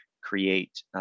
create